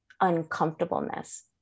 uncomfortableness